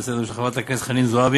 הצעה דחופה לסדר של חברת הכנסת חנין זועבי